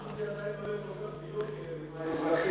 למה זה עדיין כל כך ביוקר, אם האזרחים,